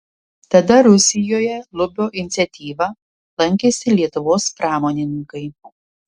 tada rusijoje lubio iniciatyva lankėsi lietuvos pramonininkai